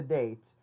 date